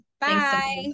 Bye